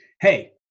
hey